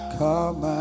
come